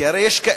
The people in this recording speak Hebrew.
כי הרי יש כאלה,